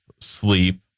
sleep